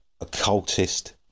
occultist